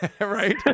Right